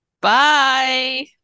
Bye